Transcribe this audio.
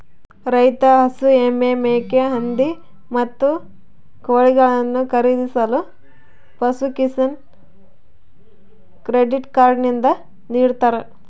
ರೈತ ಹಸು, ಎಮ್ಮೆ, ಮೇಕೆ, ಹಂದಿ, ಮತ್ತು ಕೋಳಿಗಳನ್ನು ಖರೀದಿಸಲು ಪಶುಕಿಸಾನ್ ಕ್ರೆಡಿಟ್ ಕಾರ್ಡ್ ನಿಂದ ನಿಡ್ತಾರ